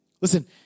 Listen